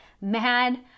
mad